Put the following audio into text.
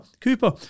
Cooper